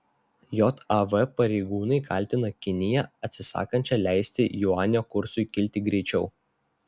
jav pareigūnai kaltina kiniją atsisakančią leisti juanio kursui kilti greičiau